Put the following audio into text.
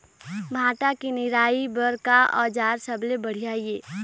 भांटा के निराई बर का औजार सबले बढ़िया ये?